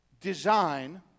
design